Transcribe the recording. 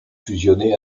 fusionné